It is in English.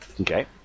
Okay